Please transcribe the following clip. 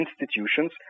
institutions